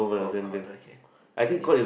oh god okay and if